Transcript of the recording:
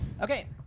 Okay